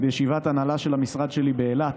בישיבת הנהלה של המשרד שלי באילת,